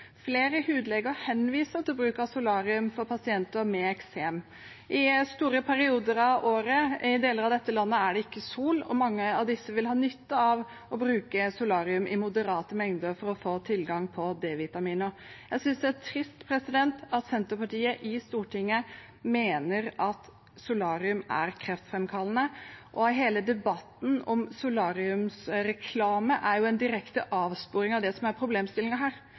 Flere hudleger henviser pasienter med eksem til bruk av solarium. I store perioder av året er det ikke sol i deler av dette landet, og mange av dem som bor der, vil ha nytte av å bruke solarium i moderate mengder for å få tilgang på D-vitaminer. Jeg synes det er trist at Senterpartiet i Stortinget mener at solarium er kreftframkallende, og hele debatten om solariumsreklame er jo en direkte avsporing av det som er problemstillingen her.